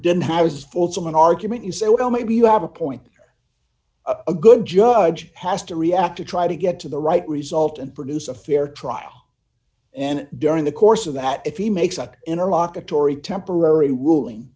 didn't have as fulsome an argument you say well maybe you have a point a good judge has to react to try to get to the right result and produce a fair trial and during the course of that if he makes an interlock atory temporary ruling